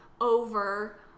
over